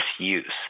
misuse